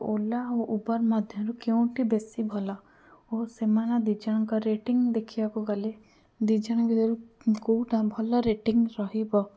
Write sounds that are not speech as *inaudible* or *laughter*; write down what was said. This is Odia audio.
ଓଲା ଆଉ ଉବେର୍ ମଧ୍ୟରୁ କେଉଁଟି ବେଶୀ ଭଲ ଓ ସେମାନ ଦୁଇ ଜଣଙ୍କ ରେଟିଂ ଦେଖିବାକୁ ଗଲେ ଦୁଇ ଜଣଙ୍କ ଭିତରୁ *unintelligible* କେଉଁଟା ଭଲ ରେଟିଂ ରହିବ